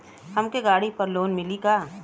हमके गाड़ी पर लोन मिली का?